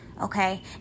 okay